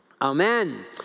Amen